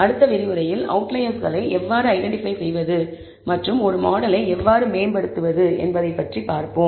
அடுத்த விரிவுரையில் அவுட்லயர்ஸ்களை எவ்வாறு ஐடென்டிபை செய்வது மற்றும் ஒரு மாடலை எவ்வாறு மேம்படுத்துவது என்பதைப் பார்ப்போம்